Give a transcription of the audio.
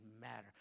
matter